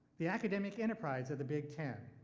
the academic enterprise of the big ten.